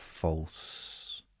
False